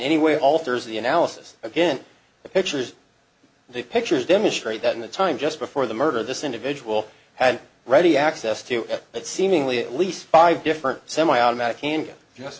any way alters the analysis again the pictures the pictures demonstrate that in the time just before the murder of this individual had ready access to that seemingly at least five different semiautomatic